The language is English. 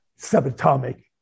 subatomic